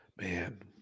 Man